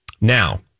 Now